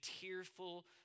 tearful